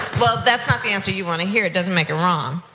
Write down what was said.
well, that's not the answer you wanna hear. it doesn't make it wrong,